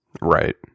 Right